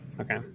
Okay